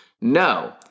No